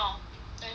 that [one] jjampong